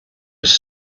was